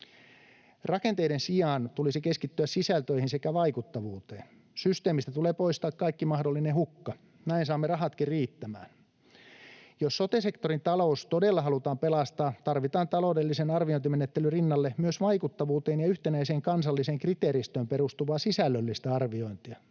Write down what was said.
Rakenteiden sijaan tulisi keskittyä sisältöihin sekä vaikuttavuuteen. Systeemistä tulee poistaa kaikki mahdollinen hukka, näin saamme rahatkin riittämään. Jos sote-sektorin talous todella halutaan pelastaa, tarvitaan taloudellisen arviointimenettelyn rinnalle myös vaikuttavuuteen ja yhtenäiseen kansalliseen kriteeristöön perustuvaa sisällöllistä arviointia.